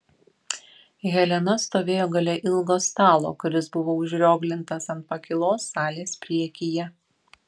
helena stovėjo gale ilgo stalo kuris buvo užrioglintas ant pakylos salės priekyje